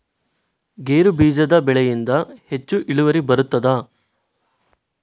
ಗೇರು ಬೀಜದ ಬೆಳೆಯಿಂದ ಹೆಚ್ಚು ಇಳುವರಿ ಬರುತ್ತದಾ?